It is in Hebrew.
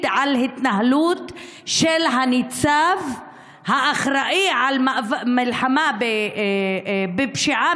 על ההתנהלות של הניצב האחראי על המלחמה בפשיעה,